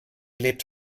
lebt